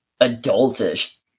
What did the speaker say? adultish